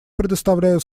предоставляю